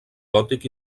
gòtic